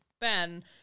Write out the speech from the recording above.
Ben